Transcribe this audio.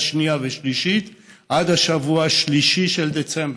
שנייה ושלישית עד השבוע השלישי של דצמבר,